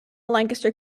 lancaster